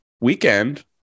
Weekend